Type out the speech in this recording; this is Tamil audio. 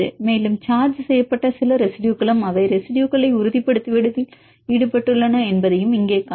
மேலும் சார்ஜ் செய்யப்பட்ட சில ரெசிடுயுகளும் அவை ரெசிடுயுகளை உறுதிப்படுத்துவதில் ஈடுபட்டுள்ளன என்பதையும் இங்கே காணலாம்